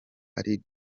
ari